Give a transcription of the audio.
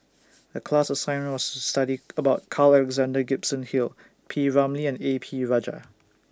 The class assignment was to study about Carl Alexander Gibson Hill P Ramlee and A P Rajah